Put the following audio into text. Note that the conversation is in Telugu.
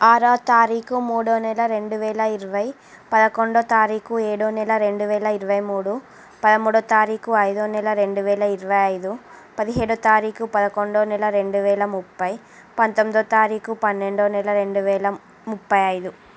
ఆరో తారీఖు మూడో నెల రెండు వేల ఇరవై పదకొండో తారీఖు ఏడో నెల రెండు వేల ఇరవై మూడు పదమూడో తారీఖు అయిదో నెల రెండు వేల ఇరవై ఐదు పదిహేడో తారీఖు పదకొండో నెల రెండు వేల ముప్పై పంతొమ్మిదో తారీఖు పన్నెండో నెల రెండు వేల ముప్పై ఐదు